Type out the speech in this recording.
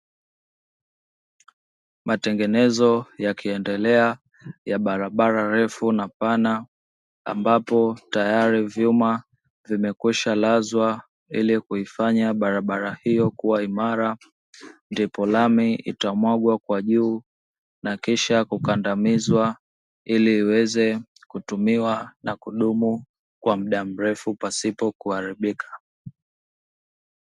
Matengenezoa yakiendelea ya barabara refu na pana ambapo tayari vyuma vimekwisha lazwa ili kuifanya barabara hiyo kua imara ndipo lami itamwagwa kwa juu na kisha kukandamizwa ili iweze kutumiwa na kudumu kwa muda mrefu pasipo kuharibika.